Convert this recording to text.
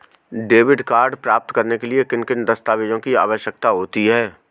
Debit card प्राप्त करने के लिए किन दस्तावेज़ों की आवश्यकता होती है?